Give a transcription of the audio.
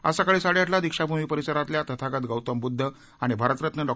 आज सकाळी साडेआठला दीक्षाभूमी परिसरातल्या तथागत गौतम बुद्ध आणि भारतरत्न डॉ